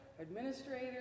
administrators